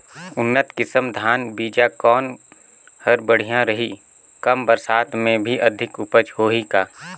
उन्नत किसम धान बीजा कौन हर बढ़िया रही? कम बरसात मे भी अधिक उपज होही का?